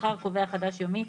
"שכר קובע חדש יומי"